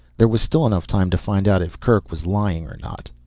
there was still enough time to find out if kerk was lying or not.